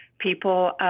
people